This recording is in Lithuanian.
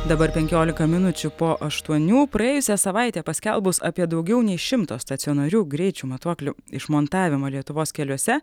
dabar penkiolika minučių po aštuonių praėjusią savaitę paskelbus apie daugiau nei šimto stacionarių greičio matuoklių išmontavimą lietuvos keliuose